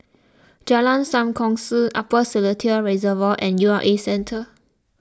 Jalan Sam Kongsi Upper Seletar Reservoir and U R A Centre